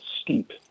steep